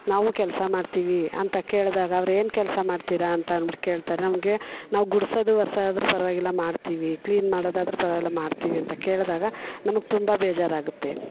ನಾವು ಕೆಲಸ ಮಾಡ್ತೀವಿ ಅಂತ ಕೇಳಿದಾಗ ಅವ್ರು ಏನು ಕೆಲಸ ಮಾಡ್ತೀರ ಅಂತ ಅಂದ್ಬಿಟ್ಟು ಕೇಳ್ತಾರೆ ನಮಗೆ ನಾವು ಗುಡ್ಸೋದು ಒರ್ಸೋದು ಆದರು ಪರವಾಗಿಲ್ಲ ಮಾಡ್ತೀವಿ ಕ್ಲೀನ್ ಮಾಡೋದಾದರೂ ಪರವಾಗಿಲ್ಲ ಮಾಡ್ತೀವಿ ಅಂತ ಕೇಳಿದಾಗ ನಮಗೆ ತುಂಬ ಬೇಜಾರಾಗುತ್ತೆ